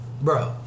bro